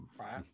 right